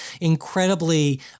incredibly